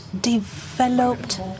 developed